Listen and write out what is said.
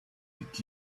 did